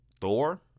thor